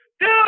Dude